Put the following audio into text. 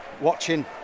watching